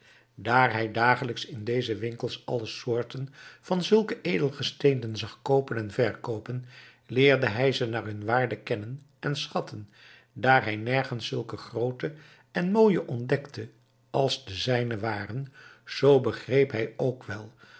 hij dagelijks in deze winkels alle soorten van zulke edelgesteenten zag koopen en verkoopen leerde hij ze naar hunne waarde kennen en schatten daar hij nergens zulke groote en mooie ontdekte als de zijne waren zoo begreep hij ook wel